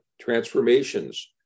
transformations